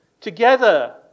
together